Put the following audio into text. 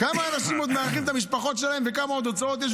כמה אנשים עוד מארחים את המשפחות שלהם וכמה עוד הוצאות יש,